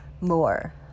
more